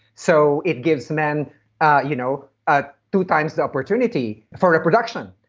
so it gives men ah you know ah two times the opportunity for reproduction.